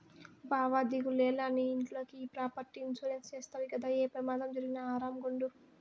బావా దిగులేల, నీ ఇంట్లోకి ఈ ప్రాపర్టీ ఇన్సూరెన్స్ చేస్తవి గదా, ఏ పెమాదం జరిగినా ఆరామ్ గుండు